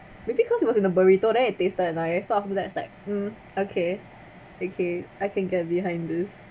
maybe because it was in a burrito then it tasted that nice so after that it's like mm okay okay I can get behind this